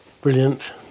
brilliant